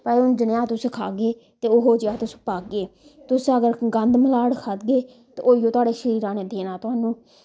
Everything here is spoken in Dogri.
भाई जनेहा हून तुस खाह्गे ते ओहो जेहा तुस पाह्गे तुस अगर गंद मलाड़ खाग्गे ते ओहियो तुआढ़े शरीरा ने देना तुहानू